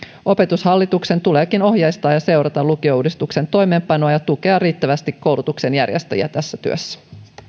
opetushallituksen tuleekin ohjeistaa ja seurata lukiouudistuksen toimeenpanoa ja tukea riittävästi koulutuksen järjestäjiä tässä työssä